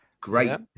Great